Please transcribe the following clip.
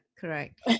correct